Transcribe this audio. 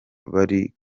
bari